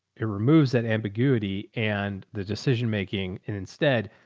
it removes that ambiguity and the decision making. and instead.